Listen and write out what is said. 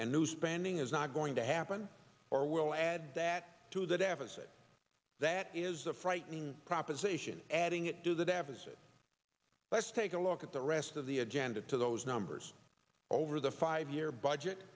and new spending is not going to happen or will add that to the deficit that is a frightening proposition adding it to the deficit let's take a look at the rest of the agenda to those numbers over the five year budget